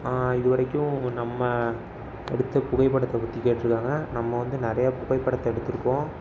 நான் இதுவரைக்கும் நம்ம எடுத்த புகைப்படத்தை பற்றி கேட்டிருக்காங்க நம்ம வந்து நிறையா புகைப்படத்தை எடுத்திருக்கோம்